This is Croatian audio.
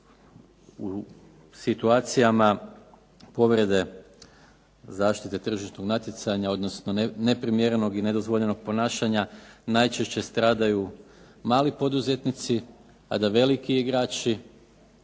na situacijama povrede zaštite tržišnog natjecanja, odnosno neprimjerenog i nedozvoljenog ponašanja najčešće stradaju mali poduzetnici, a da veliki igrači,